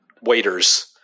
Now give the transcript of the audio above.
waiters